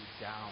down